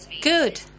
good